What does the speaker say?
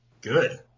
Good